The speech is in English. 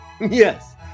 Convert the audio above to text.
Yes